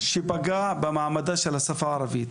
שפגע במעמדה של השפה הערבית.